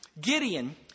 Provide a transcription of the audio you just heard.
Gideon